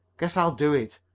guess i'll do it.